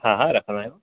हा हा रखंदा आहियूं